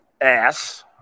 ass